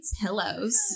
pillows